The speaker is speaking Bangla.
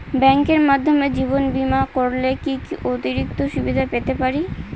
ব্যাংকের মাধ্যমে জীবন বীমা করলে কি কি অতিরিক্ত সুবিধে পেতে পারি?